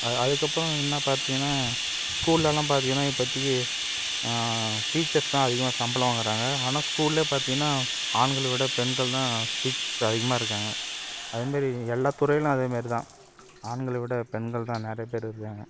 அது அதுக்கப்பறம் பார்த்திங்கன்னா ஸ்கூல்லலாம் பார்த்திங்கன்னா இப்போதிக்கு டீச்சர்ஸ் தான் அதிகமாக சம்பளம் வாங்குறாங்க ஆனால் ஸ்கூலில் பார்த்திங்கன்னா ஆண்களை விட பெண்கள் தான் டீச் அதிகமாக இருக்காங்க அதமாரி எல்லா துறையிலும் அதமாரி தான் ஆண்களை விட பெண்கள் தான் நிறைய பேர் இருக்காங்க